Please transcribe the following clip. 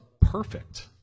perfect